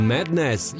Madness